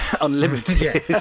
unlimited